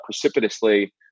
precipitously